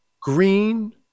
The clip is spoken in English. green